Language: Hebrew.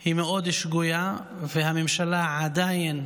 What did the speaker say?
היא שגויה מאוד, והממשלה עדיין